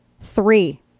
three